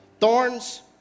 thorns